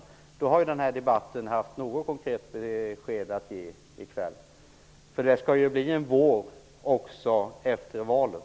I så fall har det i kvällens debatt givits åtminstone något konkret besked. Det skall ju komma en vår också efter valet.